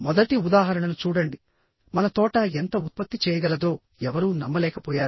మొదటి ఉదాహరణను చూడండిమన తోట ఎంత ఉత్పత్తి చేయగలదో ఎవరూ నమ్మలేకపోయారు